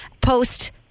Post